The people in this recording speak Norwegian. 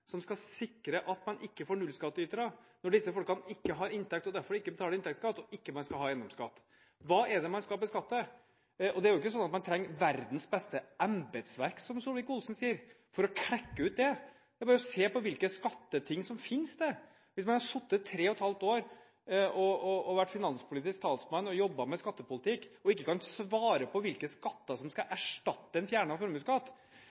som skal sikre at man ikke får nullskattytere, når disse folkene ikke har inntekter og derfor ikke betaler inntektsskatt, og man ikke skal ha eiendomsskatt? Hva er det man skal beskatte? Det er jo ikke sånn at man trenger verdens beste embetsverk, som Solvik-Olsen sier, for å klekke ut det. Det er bare å se på hvilke skatteting som finnes. Hvis man har sittet tre og et halvt år og vært finanspolitisk talsmann og jobbet med skattepolitikk, og ikke kan svare på hvilke skatter som skal erstatte en fjernet formuesskatt,